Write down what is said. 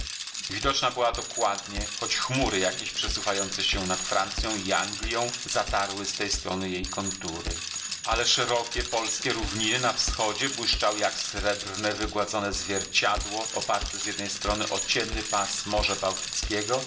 widoczna była dokładnie choć chmury jakieś przesuwające się nad francją i anglją zatarły z tej strony jej kontury ale szerokie polskie równiny na wschodzie błyszczały jak srebrne wygładzone zwierciadło oparte z jednej strony o ciemny pas morza bałtyckiego